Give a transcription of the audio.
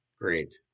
Great